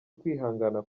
ukwihangana